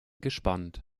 gespannt